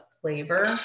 flavor